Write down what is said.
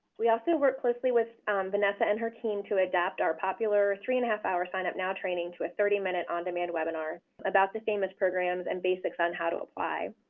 we also worked closely with vanessa and her team to adapt our popular three and a half hour sign up now training to a thirty minute on-demand webinar about the famis programs and basics on how to apply.